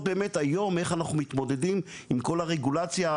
באמת היום איך אנחנו מתמודדים עם כל הרגולציה,